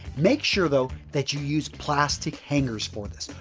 make sure though that you use plastic hangers for this.